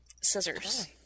scissors